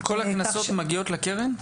כל הקנסות מגיעים לקרן?